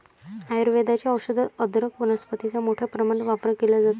आयुर्वेदाच्या औषधात अदरक वनस्पतीचा मोठ्या प्रमाणात वापर केला जातो